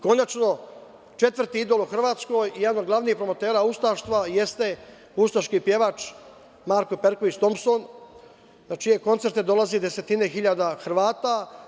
Konačno, četvrti idol u Hrvatskoj i jedan od glavnih promotera ustaštva jeste ustaški pevač Marko Perković Tompson, na čije koncerte dolaze desetine hiljada Hrvata.